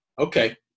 Okay